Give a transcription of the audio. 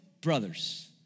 brothers